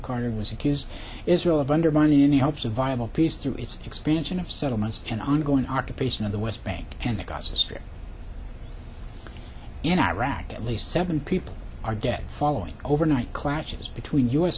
carter was accused israel of undermining any hopes of viable peace through its expansion of settlements and ongoing occupation of the west bank and the gaza strip in iraq at least seven people are dead following overnight clashes between u